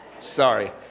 Sorry